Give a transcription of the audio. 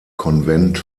konvent